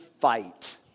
fight